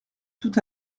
tout